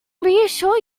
reassure